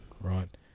right